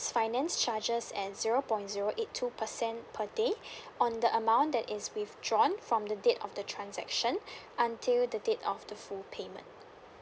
finance charges and zero point zero eight two percent per day on the amount that is withdrawn from the date of the transaction until the date of the full payment